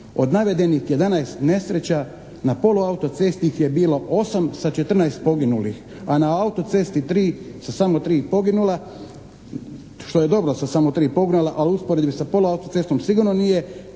Od navedenih 11 nesreća na poluautocesti ih je bilo 8 sa 14 poginulih, a na autocesti 3 sa samo 3 poginula što je dobro sa samo 3 poginula, a u usporedbi sa poluautocestom sigurno nije